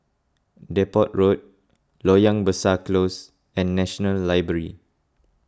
Depot Road Loyang Besar Close and National Library